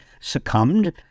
succumbed